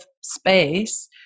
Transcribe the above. space